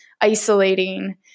isolating